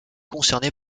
concerné